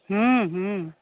हूँ हूँ